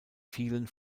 vielen